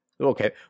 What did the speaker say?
okay